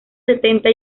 setenta